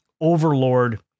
overlord